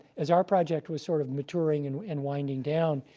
as our project was sort of maturing and and winding down,